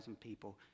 people